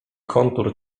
kontur